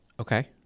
Okay